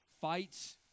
fights